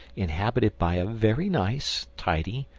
inhabited by a very nice, tidy,